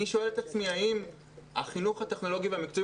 אני שואל את עצמי האם מסלילים לחינוך הטכנולוגי והמקצועי